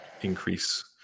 increase